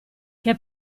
che